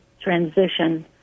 transition